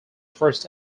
first